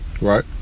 Right